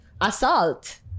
assault